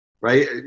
right